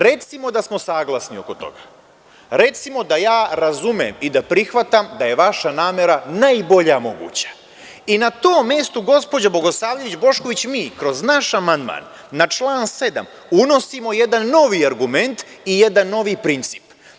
Recimo da smo saglasni oko toga, recimo da ja razumem i da prihvatam da je vaša namera najbolja moguća i na tom mestu, gospođo Bogosavljević Bošković, mi kroz naš amandman na član 7. unosimo jedan novi argument i jedan novi princip.